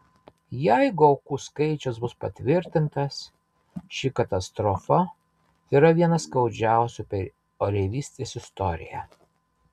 jeigu aukų skaičius bus patvirtintas ši katastrofa yra viena skaudžiausių per oreivystės istoriją